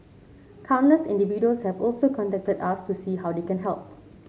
countless individuals have also contacted us to see how they can help